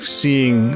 seeing